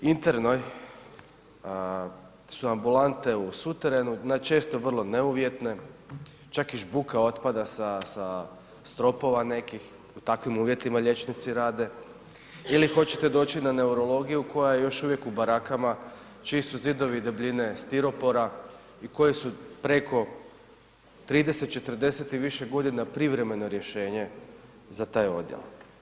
Na internoj su ambulante u suterenu, često vrlo ne uvjetne, čak i žbuka otpada sa stropova nekih, u takvim uvjetima liječnici rade ili hoćete doći na neurologiju koja je još uvijek u barakama čiji su zidovi debljine stiropora i koji su preko 30, 40 godina privremeno rješenje za taj odjel?